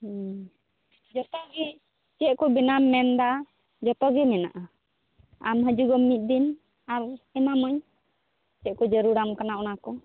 ᱦᱮᱸ ᱡᱚᱛᱚᱜᱮ ᱪᱮᱫᱠᱚ ᱵᱮᱱᱟᱣ ᱮᱢ ᱢᱮᱱ ᱮᱫᱟ ᱡᱚᱛᱚᱜᱮ ᱢᱮᱱᱟᱜᱼᱟ ᱟᱢ ᱦᱤᱡᱩᱜ ᱢᱮ ᱢᱤᱫ ᱫᱤᱱ ᱟᱨ ᱮᱢᱟᱢᱟᱹᱧ ᱪᱮᱫ ᱠᱚ ᱡᱟᱨᱩᱲᱟᱢ ᱠᱟᱱᱟ ᱚᱱᱟ ᱠᱚ